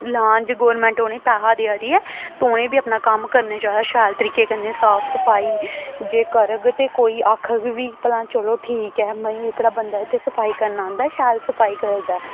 लान जे गौरमैंट उ'नेंगी पैहा देआ दी ऐ ते उ'नेंगी बी अपना कम्म करना चाहिदा शैल तरीके कन्नै साफ सफाई जे करग ते कोई आक्खग बी भला चलो ठीक ऐ भई एह्कड़ा बंदा इत्थै सफाई करना आंदा शैल सफाई करदा ऐ